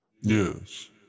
Yes